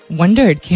wondered